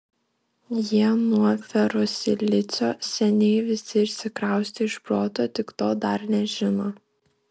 jie nuo ferosilicio seniai visi išsikraustė iš proto tik to dar nežino